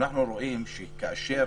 אנחנו רואים שכאשר